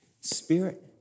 spirit